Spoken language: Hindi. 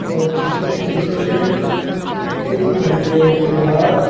और खींचते खींचते एक घंटे के बाद